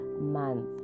Month